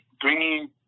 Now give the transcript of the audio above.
bringing